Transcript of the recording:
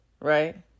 right